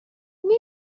نمی